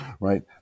right